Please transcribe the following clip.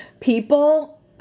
people